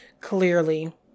Clearly